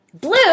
Blue